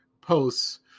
posts